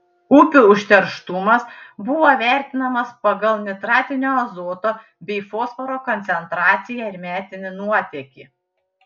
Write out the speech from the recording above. upių užterštumas buvo vertinamas pagal nitratinio azoto bei fosforo koncentraciją ir metinį nuotėkį